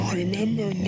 remember